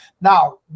Now